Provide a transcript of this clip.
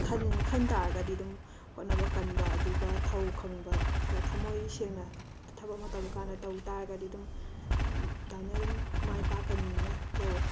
ꯈꯟ ꯈꯟꯕ ꯇꯥꯔꯒꯗꯤ ꯑꯗꯨꯝ ꯍꯣꯠꯅꯕ ꯀꯟꯕ ꯑꯗꯨꯒ ꯊꯧ ꯈꯪꯕ ꯑꯗꯨꯒ ꯊꯝꯃꯣꯏ ꯁꯦꯡꯅ ꯊꯕꯛ ꯑꯃ ꯇꯧꯕꯀꯥꯟꯗ ꯇꯧꯕ ꯇꯥꯔꯒꯗꯤ ꯑꯗꯨꯝ ꯑꯗꯨꯃꯥꯏꯅ ꯑꯗꯨꯝ ꯃꯥꯏ ꯄꯥꯛꯀꯅꯤꯅ ꯂꯧꯋꯦ